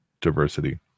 diversity